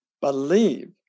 believe